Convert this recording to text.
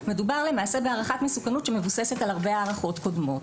מדובר בהערכת מסוכנות שמבוססת על הרבה הערכות קודמות.